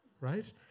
right